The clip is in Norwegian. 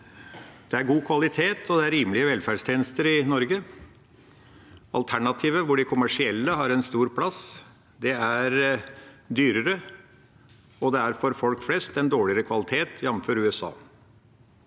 Det er god kvalitet og rimelige velferdstjenester i Norge. Alternativet, hvor de kommersielle har stor plass, er dyrere, og for folk flest gir det dårligere kvalitet, jamfør USA.